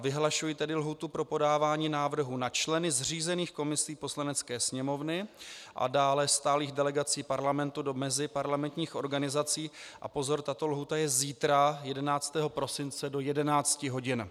Vyhlašuji tedy lhůtu pro podávání návrhů na členy zřízených komisí Poslanecké sněmovny a dále stálých delegací Parlamentu do meziparlamentních organizací a pozor, tato lhůta je zítra, 11. prosince do 11 hodin.